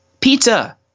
Pizza